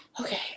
Okay